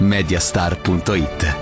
Mediastar.it